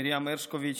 מרים הרשקוביץ,